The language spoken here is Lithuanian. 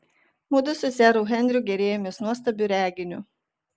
mudu su seru henriu gėrėjomės nuostabiu reginiu